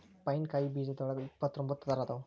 pine ಕಾಯಿ ಬೇಜದೋಳಗ ಇಪ್ಪತ್ರೊಂಬತ್ತ ತರಾ ಅದಾವ